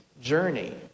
journey